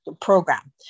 program